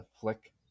flick